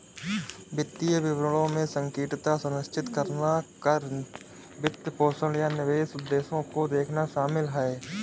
वित्तीय विवरणों में सटीकता सुनिश्चित करना कर, वित्तपोषण, या निवेश उद्देश्यों को देखना शामिल हैं